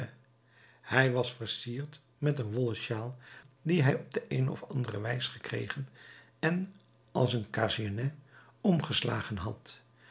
hij was versierd met een wollen sjaal die hij op de eene of andere wijs gekregen en als een cachenez omgeslagen had